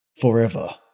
forever